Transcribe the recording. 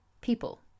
people